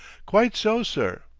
quite so, sir.